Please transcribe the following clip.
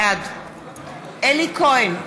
בעד אלי כהן,